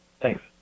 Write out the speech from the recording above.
Thanks